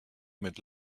mit